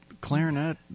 clarinet